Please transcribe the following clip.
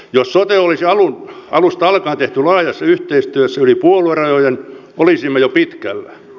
jos sote olisi alun alkaen tehty laajassa yhteistyössä yli puoluerajojen olisimme jo pitkällä